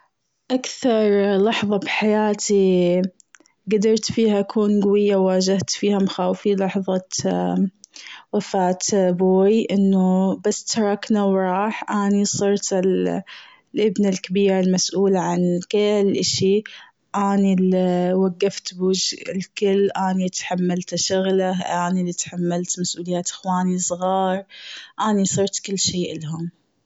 أكثر لحظة بحياتي قدرت فيها اكون قوية و واجهت فيها مخاوفي، لحظة وفاة بوي إنه بس تركنا و راح. أني صرت ال- الأبنة الكبيرة المسؤولة عن كل شيء. أني ال وقفت بوش كل شي. أني تحملته شغله. أني اللي تحملت مسؤوليات أخواني الصغار. أني صرت كل شيء إلهم.